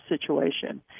situation